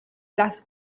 las